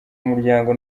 w’umuryango